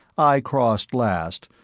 i crossed last,